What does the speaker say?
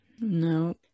No